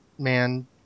man